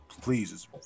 Please